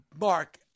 Mark